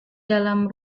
dalam